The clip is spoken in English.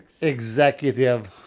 executive